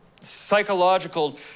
psychological